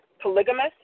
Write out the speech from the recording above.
polygamous